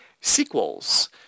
sequels